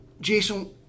Jason